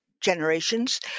generations